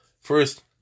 first